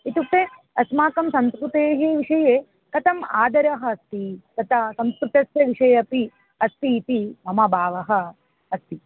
इत्युक्ते अस्माकं संस्कृतेः विषये कथम् आदरः अस्ति तथा संस्कृतस्य विषये अपि अस्ति इति मम भावः अस्ति